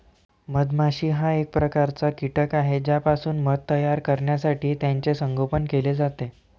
मधमाशी हा एक प्रकारचा कीटक आहे ज्यापासून मध तयार करण्यासाठी त्याचे संगोपन केले जाते